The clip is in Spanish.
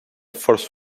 force